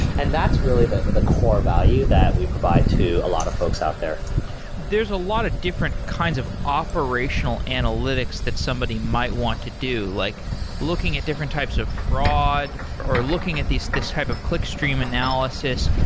and that's really the the core value that we provide to a lot of folks out there there's a lot of different kinds of operational analytics that somebody might want to do, like looking at different types of fraud, or looking at these this type of clickstream analysis.